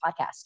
podcast